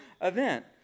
event